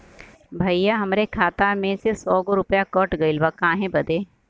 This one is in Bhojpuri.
भईया हमरे खाता मे से सौ गो रूपया कट गइल बा काहे बदे?